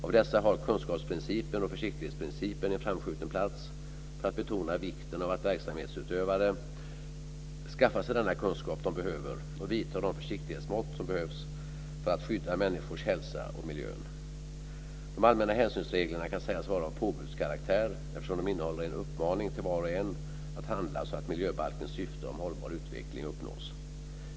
Av dessa har kunskapsprincipen och försiktighetsprincipen en framskjuten plats för att betona vikten av att verksamhetsutövare skaffar sig den kunskap de behöver och vidtar de försiktighetsmått som behövs för att skydda människors hälsa och miljön. De allmänna hänsynsreglerna kan å ena sidan sägas vara av påbudskaraktär eftersom de innehåller en uppmaning till var och en att handla så att miljöbalkens syfte om en hållbar utveckling uppnås.